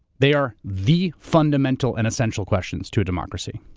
they are the fundamental and essential questions to a democracy.